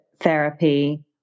therapy